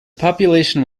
population